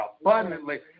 abundantly